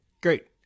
Great